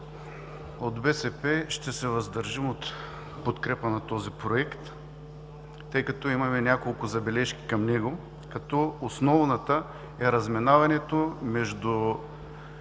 От БСП ще се въздържим от подкрепа на този Проект, тъй като имаме няколко забележки към него, като основната е разминаването между